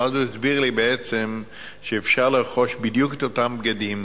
והוא הסביר לי שאפשר לרכוש בדיוק את אותם בגדים,